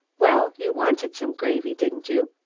well, you wanted some gravy, didn't you?